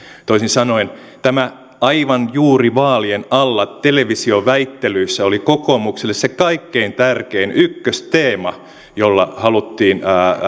toisin sanoen tämä aivan juuri vaa lien alla televisioväittelyissä oli kokoomukselle se kaikkein tärkein ykkösteema jolla haluttiin